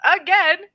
again